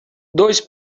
dois